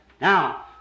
Now